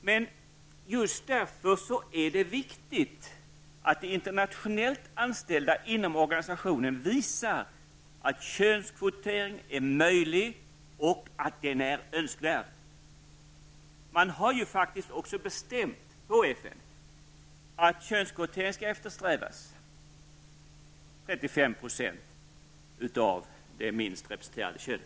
Men just därför är det så viktigt att de internationellt anställda inom organisationen visar att könskvotering är möjlig och att den är önskvärd. Man har faktiskt också i FN bestämt att könskvotering skall eftersträvas. Det skall vara minst 35 % av det minst representerade könet.